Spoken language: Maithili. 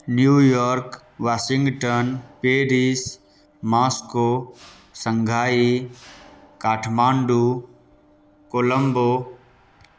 New York Washington Paris Moscow Shanghai Kathmandu Colombo